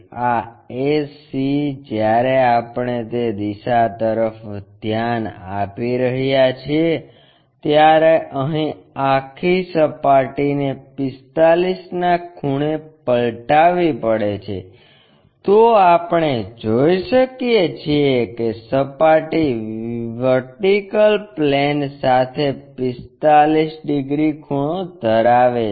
આ a c જ્યારે આપણે તે દિશા તરફ ધ્યાન આપી રહ્યા છીએ ત્યારે અહીં આખી સપાટીને 45 ના ખૂણે પલટાવવી પડે છે તો આપણે જોઈ શકીએ છીએ કે સપાટી VP સાથે 45 ડિગ્રી ખૂણો ધરાવે છે